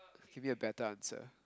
give me a better answer